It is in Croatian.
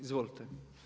Izvolite.